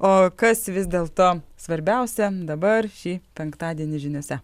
o kas vis dėlto svarbiausia dabar šį penktadienį žiniose